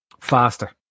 faster